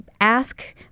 ask